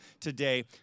today